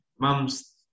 Mums